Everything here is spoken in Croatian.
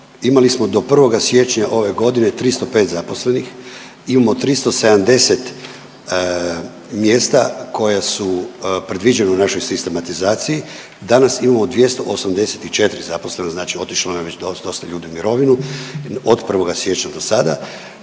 imali smo do 1. siječnja ove godine 305 zaposlenih, imamo 370 mjesta koja su predviđena u našoj sistematizaciji, danas imamo 284 zaposlena, znači otišlo nam je već dosta ljudi u mirovinu od 1. siječnja do sada.